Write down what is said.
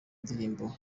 indirimbo